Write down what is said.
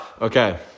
Okay